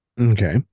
Okay